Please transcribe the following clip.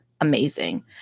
amazing